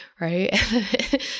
right